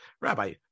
Rabbi